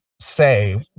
say